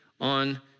on